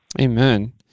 Amen